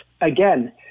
again